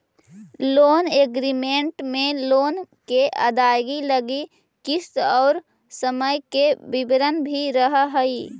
loan agreement में loan के अदायगी लगी किस्त और समय के विवरण भी रहऽ हई